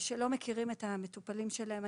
שלא מכירים את המטופלים שלהם.